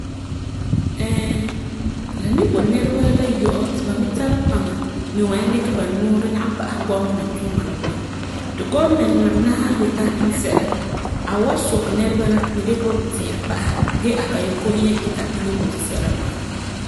Ɛɛ, la nibo nɛreba la yɔ'ɔ ti ba me tara paŋa n me wan nyaŋɛ dikɛ ba nuurɛ lagum pa'asɛ gɔmena tuuma la puan ti gɔmena la san yeti a iŋɛ sɛla a wan soke nɛreba la dikɛ ba puti'irɛ pa'asɛ gee a man ko yen ita iŋɛ a boti sɛla ma'a.